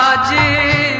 g